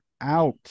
out